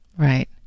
Right